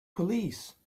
police